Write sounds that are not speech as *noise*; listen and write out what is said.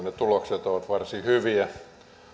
*unintelligible* ne tulokset ovat kyllä varsin hyviä